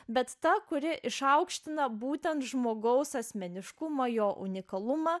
bet ta kuri išaukština būtent žmogaus asmeniškumą jo unikalumą